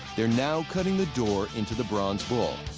they're now cutting the door into the bronze bull.